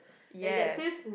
yes